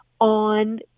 on